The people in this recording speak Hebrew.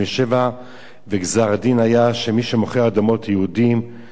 וגזר-הדין היה שמי שמוכר אדמות ליהודים דינו מוות.